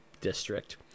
district